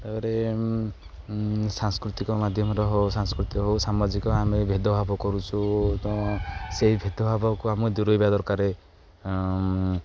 ତାପରେ ସାଂସ୍କୃତିକ ମାଧ୍ୟମରେ ହଉ ସାଂସ୍କୃତିକ ହଉ ସାମାଜିକ ଆମେ ଭେଦଭାବ କରୁଛୁ ତ ସେଇ ଭେଦଭାବକୁ ଆମେ ଦୂରେଇବା ଦରକାର